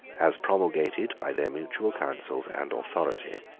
as promulgated by their mutual councils and authority.